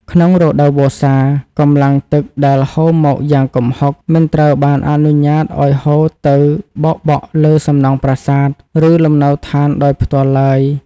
ក្នុងរដូវវស្សា កម្លាំងទឹកដែលហូរមកយ៉ាងគំហុកមិនត្រូវបានអនុញ្ញាតឱ្យហូរទៅបោកបក់លើសំណង់ប្រាសាទ ឬលំនៅដ្ឋានដោយផ្ទាល់ឡើយ។